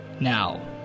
Now